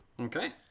Okay